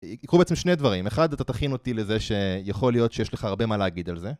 יקרו בעצם שני דברים, אחד אתה תכין אותי לזה שיכול להיות שיש לך הרבה מה להגיד על זה